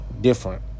different